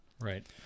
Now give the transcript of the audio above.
right